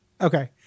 Okay